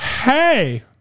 Hey